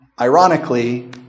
ironically